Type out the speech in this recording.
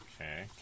Okay